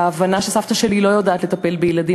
וההבנה שסבתא שלי לא יודעת לטפל בילדים